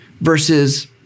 versus